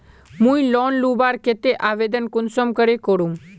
मुई लोन लुबार केते आवेदन कुंसम करे करूम?